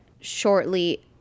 shortly